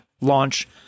launch